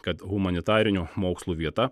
kad humanitarinių mokslų vieta